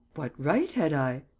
what right had i?